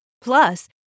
Plus